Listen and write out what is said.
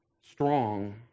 strong